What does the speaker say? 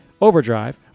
Overdrive